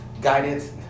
guidance